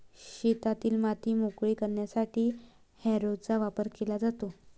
शेतातील माती मोकळी करण्यासाठी हॅरोचा वापर केला जातो